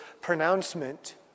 pronouncement